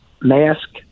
mask